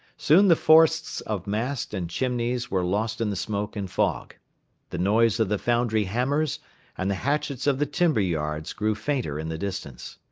soon the forests of masts and chimneys were lost in the smoke and fog the noise of the foundry hammers and the hatchets of the timber-yards grew fainter in the distance.